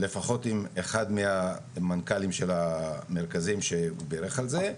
לפחות עם אחד מהמנכ"לים של המרכזים שהוא בירך על זה,